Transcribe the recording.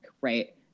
right